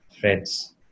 Friends